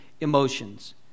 emotions